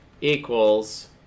equals